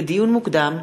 לדיון מוקדם: